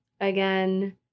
again